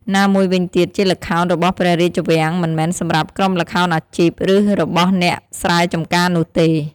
ណាមួយវិញទៀតជាល្ខោនរបស់ព្រះរាជវាំង មិនមែនសម្រាប់ក្រុមល្ខោនអាជីព ឬរបស់អ្នកស្រែចម្ការនោះទេ។